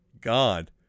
God